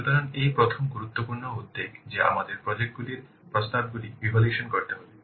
সুতরাং এটি প্রথম গুরুত্বপূর্ণ উদ্বেগ যে আমাদের প্রজেক্ট গুলির প্রস্তাবগুলি ইভ্যালুয়েশন করতে হবে